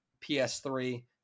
ps3